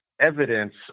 evidence